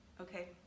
okay